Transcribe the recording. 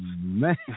Man